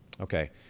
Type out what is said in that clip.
Okay